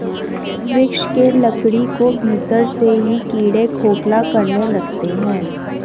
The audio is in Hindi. वृक्ष के लकड़ी को भीतर से ही कीड़े खोखला करने लगते हैं